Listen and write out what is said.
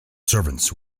servants